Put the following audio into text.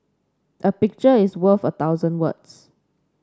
a picture is worth a thousand words